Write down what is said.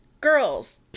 Girls